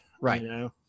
right